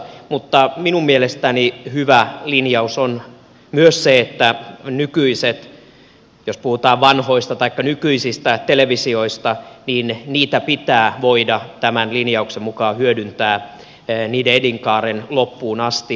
mutta minun mielestäni hyvä linjaus on myös se että nykyisiä televisioita jos puhutaan vanhoista taikka nykyisistä televisioista pitää voida tämän linjauksen mukaan hyödyntää niiden elinkaaren loppuun asti